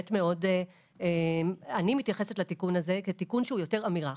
אני מתייחסת לתיקון הזה כתיקון שהוא יותר אמירה.